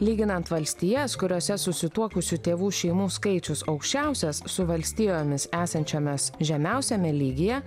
lyginant valstijas kuriose susituokusių tėvų šeimų skaičius aukščiausias su valstijomis esančiomis žemiausiame lygyje